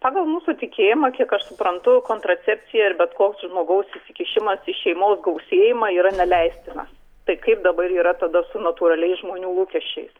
pagal mūsų tikėjimą kiek aš suprantu kontracepcija ir bet koks žmogaus įsikišimas į šeimos gausėjimą yra neleistina tai kaip dabar yra tada su natūraliais žmonių lūkesčiais